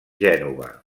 gènova